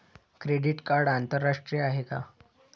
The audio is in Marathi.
क्रेडिट कार्ड आंतरराष्ट्रीय आहे का?